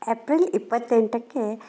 April ಇಪ್ಪತ್ತೆಂಟಕ್ಕೇ